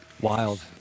wild